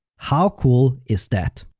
how cool is that!